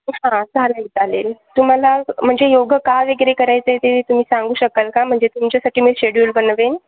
हां चालेल चालेल तुम्हाला म्हणजे योगा का वगैरे करायचं आहे ते तुम्ही सांगू शकाल का म्हणजे तुमच्यासाठी मी शेड्युल बनवेन